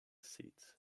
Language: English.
seats